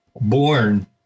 born